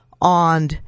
on